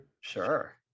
Sure